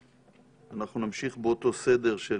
אנחנו נמשיך באותו סדר של